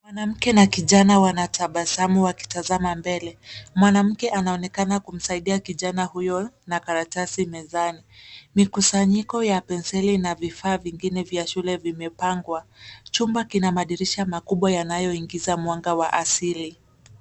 Mwanamke na kijana wanatabsamu wakitazama mbele. Mwanamke anaonekana akimsaidia kijana huyo na karatasi mezani. Mikusanyiko ya penseli na vifaa vingine vya shule vimepangwa. Chumba kina madirisha makubwa yanayoingiza mwanga wa asili.